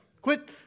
Quit